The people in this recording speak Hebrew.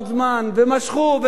חלף עוד זמן, ומשכו, וסחבו.